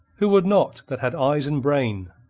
who would not that had eyes and brain?